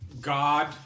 God